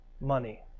money